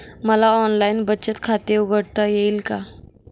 मला ऑनलाइन बचत खाते उघडता येईल का?